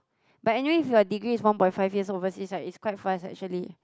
but anyways your degree is one point five years overseas right it's quite fast actually